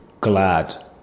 glad